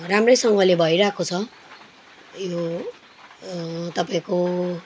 राम्रैसँगले भइरहेको छ यो तपाईँको